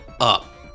up